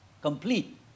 Complete